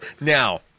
Now